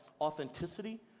authenticity